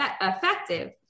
effective